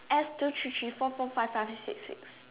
S two three three four four five five six six